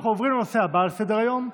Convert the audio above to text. אנחנו עוברים לנושא הבא על סדר-היום,